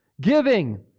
Giving